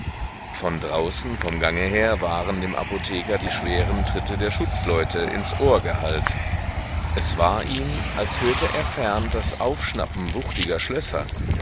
von draußen vom gange her waren dem apotheker die schweren tritte der schutzleute ins ohr gehallt es war ihm als hörte er fern das aufschnappen wuchtiger schlösser